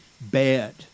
bad